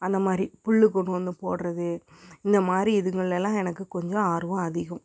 அந்தமாதிரி புல் கொண்டு வந்து போடுறது இந்தமாதிரி இதுங்கள்லலாம் எனக்கு கொஞ்சம் ஆர்வம் அதிகம்